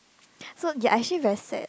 so you're actually very sad